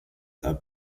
are